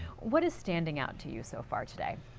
what is standing out to you so far today?